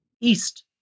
east